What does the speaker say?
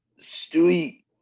Stewie